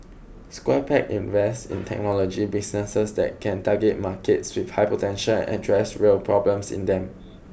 Square Peg invests in technology businesses that can target markets with high potential and address real problems in them